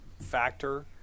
factor